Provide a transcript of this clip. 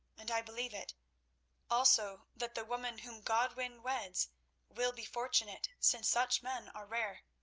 and i believe it also that the woman whom godwin weds will be fortunate, since such men are rare.